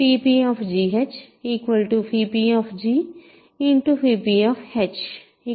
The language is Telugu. కాబట్టిp p pp